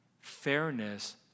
fairness